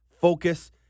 focus